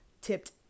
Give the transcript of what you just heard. tipped